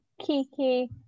Kiki